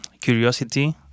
curiosity